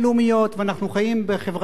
אנחנו חיים בחברת העמים,